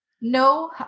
No